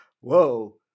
whoa